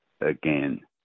again